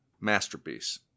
masterpiece